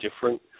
different